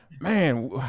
man